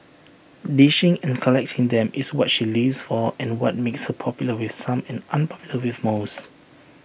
dishing and collecting them is what she lives for and what makes her popular with some and unpopular with most